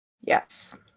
yes